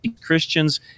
Christians